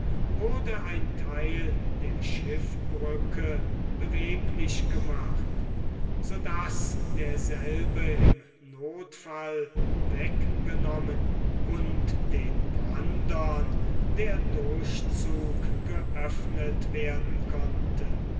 wurde ein theil der schiffbrücke beweglich gemacht so daß derselbe im nothfall weggenommen und den brandern der durchzug geöffnet werden konnte